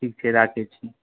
ठीक छै राखैत छी